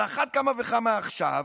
על אחת כמה וכמה עכשיו,